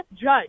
judge